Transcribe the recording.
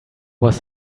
was